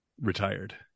retired